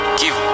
give